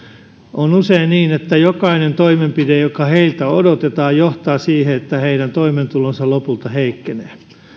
on usein niin että jokainen toimenpide joka heiltä odotetaan johtaa siihen että heidän toimeentulonsa lopulta heikkenee